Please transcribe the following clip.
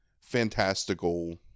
fantastical